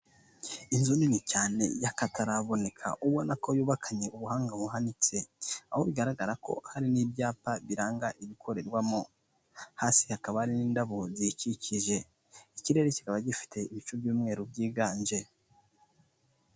Inzu nini cyane y'akataraboneka, ubona ko yubakanye ubuhanga buhanitse, aho bigaragara ko hari n'ibyapa biranga ibikorerwamo, hasi hakaba hari n'indabo ziyikikije, ikirere kikaba gifite ibicu by'umweru byiganje.